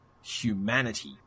humanity